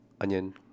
onion